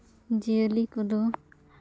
ᱡᱤᱭᱟᱹᱞᱤ ᱠᱚᱫᱚ